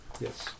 Yes